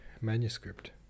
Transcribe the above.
Manuscript